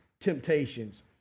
temptations